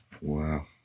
Wow